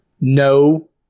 No